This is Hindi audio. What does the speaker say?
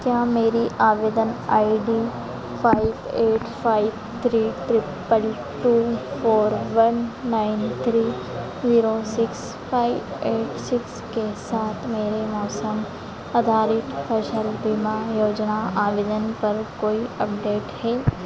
क्या मेरी आवेदन I D five eight five three triple two four one nine three zero six five eight six के साथ मेरे मौसम आधारित फसल बीमा योजना आवेदन पर कोई अपडेट है